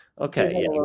Okay